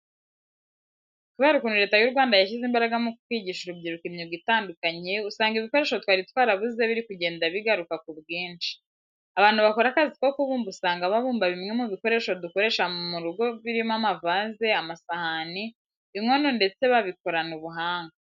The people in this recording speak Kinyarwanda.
Kubera ukuntu Leta y'u Rwanda yashyize imbaraga mu kwigisha urubyiruko imyuga itandukanye, usanga ibikoresho twari twarabuze biri kugenda bigaruka ku bwinshi. Abantu bakora akazi ko kubumba usanga babumba bimwe mu bikoresho dukoresha mu rugo birimo amavaze, amasahani, inkono ndetse babikorana ubuhanga.